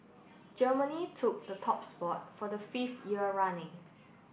Germany took the top spot for the fifth year running